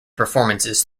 performances